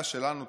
רעיה שלנו,